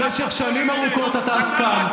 במשך שנים ארוכות אתה עסקן,